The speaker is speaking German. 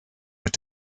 mit